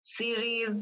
series